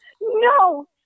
No